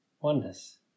oneness